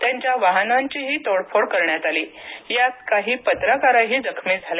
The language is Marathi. त्यांच्या वाहनाघीही तोडफोड करण्यात आली यात काही पत्रकारही जखमी झाले